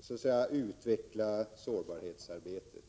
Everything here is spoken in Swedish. så att säga ytterligare utveckla sårbarhetsarbetet.